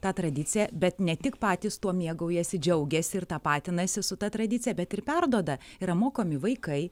tą tradiciją bet ne tik patys tuo mėgaujasi džiaugiasi ir tapatinasi su ta tradicija bet ir perduoda yra mokomi vaikai